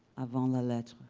avant la lettre.